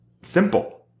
simple